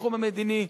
בתחום המדיני,